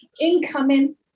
Incoming